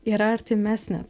yra artimesnis